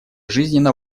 жизненно